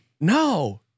No